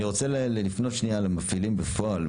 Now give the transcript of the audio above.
אני רוצה לפנות שנייה למפעילים בפועל.